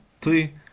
three